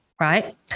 right